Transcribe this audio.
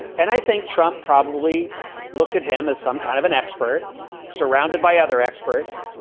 and i think trump probably looked at him as some kind of an expert surrounded by other experts.